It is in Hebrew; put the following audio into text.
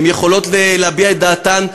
הן יכולות להביע את דעתן,